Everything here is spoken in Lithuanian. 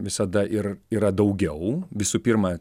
visada ir yra daugiau visų pirma